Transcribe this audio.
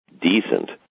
decent